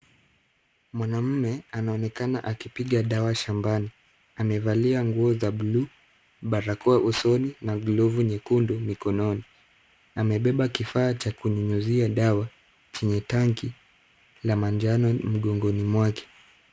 Mwanamume anaonekana akipiga dawa shambani, amevalia nguo za bluu, barakoa usoni na glovu nyekundu mikononi. Amebeba kifaa cha kunyunyuzia dawa chenye tanki la manjano mgongoni mwake.